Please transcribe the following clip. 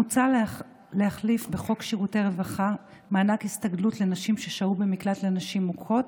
מוצע להחליף בחוק שירותי רווחה (זכויות נשים ששהו במקלט לנשים מוכות)